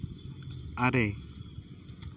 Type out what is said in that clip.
ᱟᱨᱮ